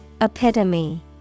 Epitome